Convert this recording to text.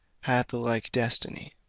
had the like destiny.